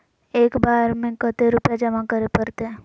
एक बार में कते रुपया जमा करे परते?